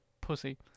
pussy